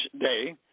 day